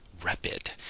rapid